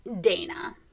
Dana